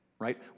right